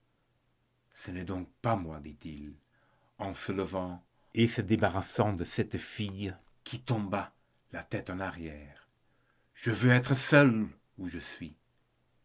ce n'est donc pas moi dit-il en se levant et se débarrassant de cette fille qui tomba la tête en arrière je veux être seul là où je suis